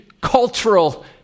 Cultural